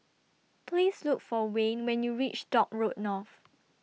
Please Look For Wayne when YOU REACH Dock Road North